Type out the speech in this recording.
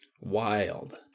Wild